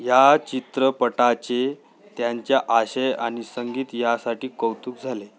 या चित्रपटाचे त्याचा आशय आणि संगीत यासाठी कौतुक झाले